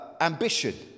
ambition